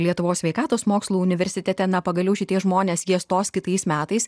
lietuvos sveikatos mokslų universitete na pagaliau šitie žmonės jie stos kitais metais